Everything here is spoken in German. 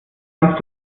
kannst